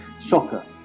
soccer